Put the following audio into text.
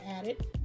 added